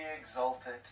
exalted